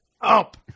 up